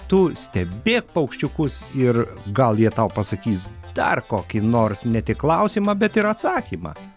tu stebėk paukščiukus ir gal jie tau pasakys dar kokį nors ne tik klausimą bet ir atsakymą